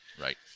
Right